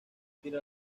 tira